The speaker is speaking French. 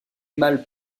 mâles